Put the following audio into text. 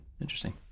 interesting